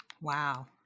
Wow